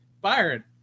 Byron